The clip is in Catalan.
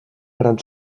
gran